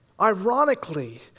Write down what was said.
ironically